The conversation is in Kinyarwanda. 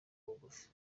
bugufi